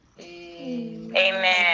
Amen